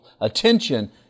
attention